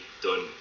done